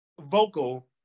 vocal